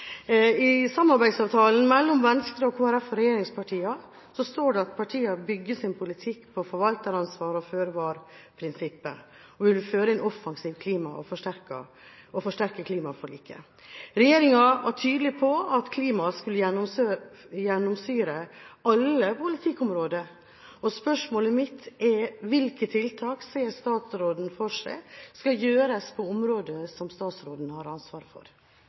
I samarbeidsavtalen mellom Venstre, Kristelig Folkeparti og regjeringspartiene står det at partiene bygger sin politikk på forvalteransvaret og føre-var-prinsippet og vil føre en offensiv klimapolitikk og forsterke klimaforliket. Regjeringa var tydelig på at klima skulle gjennomsyre alle politikkområder, og spørsmålet mitt er: Hvilke tiltak ser statsråden for seg at skal gjøres på områder som statsråden har ansvar for?